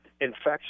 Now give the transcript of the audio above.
infection